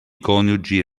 coniugi